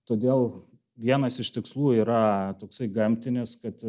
todėl vienas iš tikslų yra toksai gamtinis kad